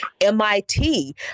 MIT